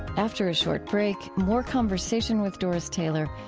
after a short break, more conversation with doris taylor,